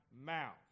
mouth